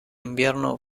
invierno